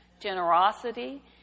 generosity